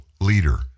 leader